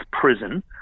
prison